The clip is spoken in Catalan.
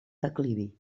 declivi